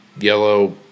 yellow